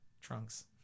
Trunks